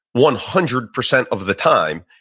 one hundred percent of the time,